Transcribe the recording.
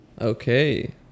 okay